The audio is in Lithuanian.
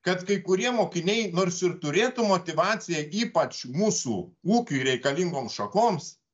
kad kai kurie mokiniai nors ir turėtų motyvaciją ypač mūsų ūkiui reikalingom šakoms